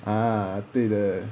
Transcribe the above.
ah 对的